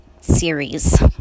series